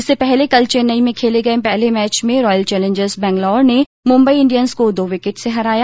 इससे पहले कल चेन्नई में खेले गए पहले मैच में रॉयल चैंलेजर्स बैंगलोर ने मुम्बई इंडियन्स को दो विकेट से हराया